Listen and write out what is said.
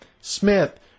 Smith